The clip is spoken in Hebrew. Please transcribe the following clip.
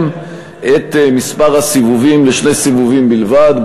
את מספר הסיבובים לשני סיבובים בלבד,